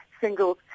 single